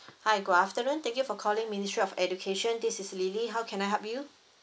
hi good afternoon thank you for calling ministry of education this is lily how can I help you